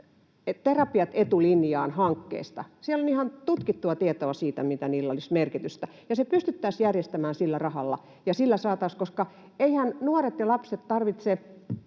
Terapiat etulinjaan ‑hankkeesta. Siellä on ihan tutkittua tietoa siitä, mitä sillä olisi merkitystä. Se pystyttäisiin järjestämään sillä rahalla ja sillä saataisiin vaikutusta, koska eiväthän nuoret ja lapset tarvitse